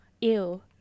Ew